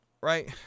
Right